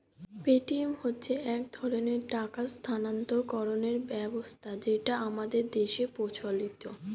Paytm হচ্ছে এক ধরনের টাকা স্থানান্তরকরণের ব্যবস্থা যেটা আমাদের দেশের প্রচলিত